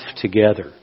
together